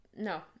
No